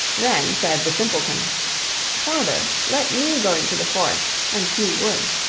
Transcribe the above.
then said the simpleton father, let me go into the forest and hew wood.